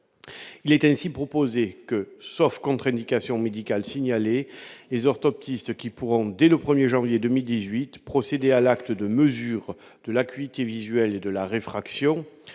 il est ainsi proposé que, sauf contre indication médicale signaler les orthoptistes qui pourront dès le 1er janvier 2018 procéder à l'acte de mesure de l'acuité visuelle et de la réfraction